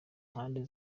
mpande